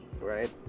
right